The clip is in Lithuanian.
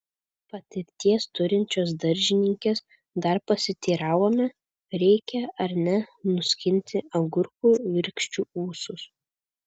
patirties turinčios daržininkės dar pasiteiravome reikia ar ne nuskinti agurkų virkščių ūsus